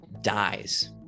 dies